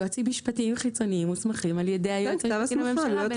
יועצים משפטיים חיצוניים מוסמכים על ידי היועץ המשפטי לממשלה.